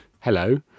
hello